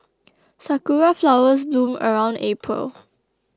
sakura flowers bloom around April